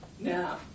Now